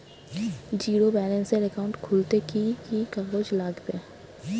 Zero ব্যালেন্সের account খুলতে কি কি কাগজ লাগবে?